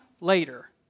later